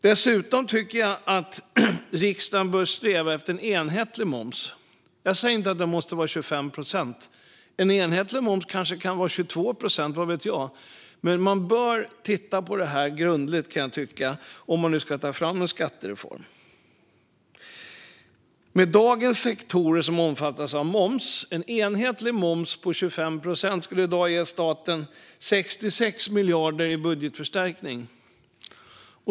Dessutom bör riksdagen sträva efter en enhetlig moms. Jag säger inte att den måste vara 25 procent. En enhetlig moms kanske kan vara 22 procent, vad vet jag, men man bör titta på detta grundligt om man nu ska ta fram en skattereform. Med de sektorer som i dag omfattas av moms skulle en enhetlig moms på 25 procent ge staten 66 miljarder i budgetförstärkning.